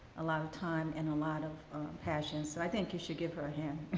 a lot of time and a lot of passion. so i think you should give her a hand.